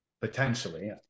potentially